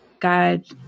God